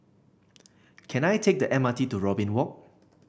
can I take the M R T to Robin Walk